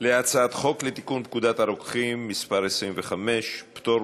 להצעת חוק לתיקון פקודת הרוקחים (מס' 25) (פטור